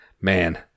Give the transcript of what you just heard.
man